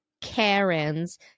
Karens